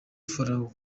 farawo